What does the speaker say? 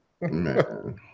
Man